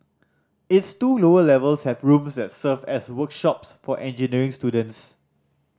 its two lower levels have rooms that serve as workshops for engineering students